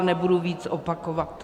Nebudu víc opakovat.